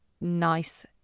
nice